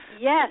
yes